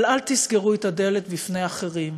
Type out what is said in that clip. אבל אל תסגרו את הדלת בפני אחרים,